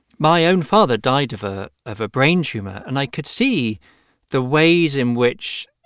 my own father died of ah of a brain tumor and i could see the ways in which